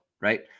right